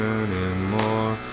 anymore